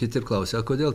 kiti klausia o kodėl